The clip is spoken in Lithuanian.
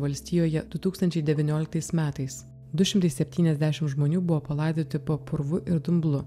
valstijoje du tūkstančiai devynioliktais metais du šimtai septyniasdešimt žmonių buvo palaidoti po purvu ir dumblu